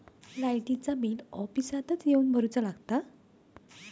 लाईटाचा बिल ऑफिसातच येवन भरुचा लागता?